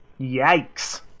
Yikes